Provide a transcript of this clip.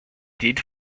did